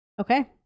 Okay